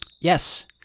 Yes